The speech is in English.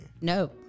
No